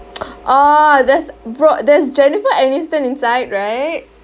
orh there's broa~ there's jennifer aniston inside right